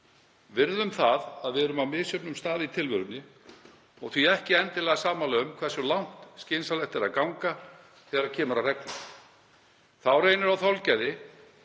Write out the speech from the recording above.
Virðum það að við erum á misjöfnum stað í tilverunni, og því ekki endilega sammála um hversu langt og skynsamlegt sé að ganga þegar kemur að reglum. Þá reynir á þolgæði,